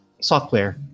software